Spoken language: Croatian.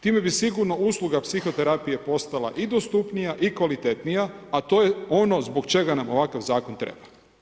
Time bi sigurno usluga psihoterapije postala i dostupnija i kvalitetnija a to je ono zbog čega nam ovakav zakon treba.